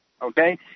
Okay